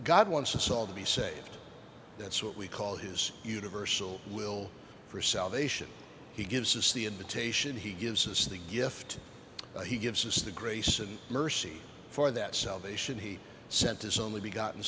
god wants us all to be saved that's what we call his universal will for salvation he gives us the invitation he gives us the gift he gives us the grace and mercy for that salvation he sent his only begotten